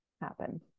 happen